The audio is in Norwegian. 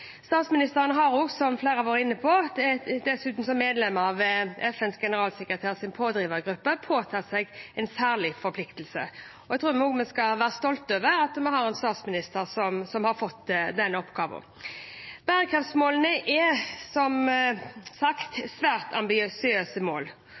Statsministeren har dessuten, som flere har vært inne på, som medlem av FNs generalsekretærs pådrivergruppe påtatt seg en særlig forpliktelse. Jeg tror vi skal være stolte over at vi har en statsminister som har fått den oppgaven. Bærekraftsmålene er